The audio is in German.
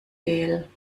gel